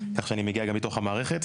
כך שאני מגיע גם מתוך המערכת.